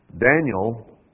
Daniel